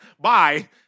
Bye